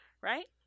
right